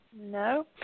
No